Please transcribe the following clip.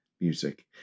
music